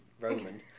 Roman